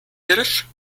hirsch